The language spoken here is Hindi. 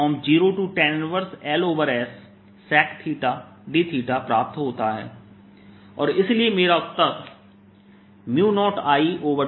Asz00I4π LLdzs2z2z0I4π×20Ldzs2z2z 0I2πz0 tan 1Ls ssec2ssecθdθ0I2πz0tan 1Ls sec dθ और इसलिए मेरा उत्तर 0I2πz